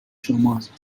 شماست